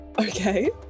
Okay